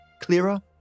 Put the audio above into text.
Clearer